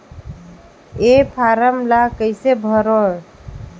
ये फारम ला कइसे भरो?